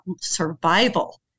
survival